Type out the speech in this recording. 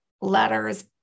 letters